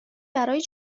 برای